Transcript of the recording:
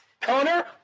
connor